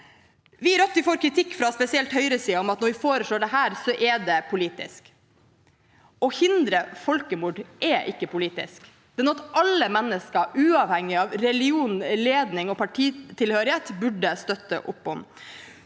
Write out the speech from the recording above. Vi i Rødt får kritikk, spesielt fra høyresiden, om at når vi foreslår dette, er det politisk. Å hindre folkemord er ikke politisk. Det er noe alle mennesker uavhengig av religion, ledelse og partitilhørighet burde støtte opp om.